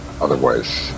otherwise